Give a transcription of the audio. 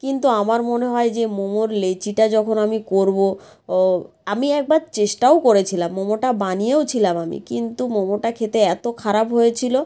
কিন্তু আমার মনে হয় যে মোমোর লেচিটা যখন আমি করবো আমি একবার চেষ্টাও করেছিলাম মোমোটা বানিয়েওছিলাম আমি কিন্তু মোমোটা খেতে এতো খারাপ হয়েছিলো